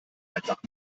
einfach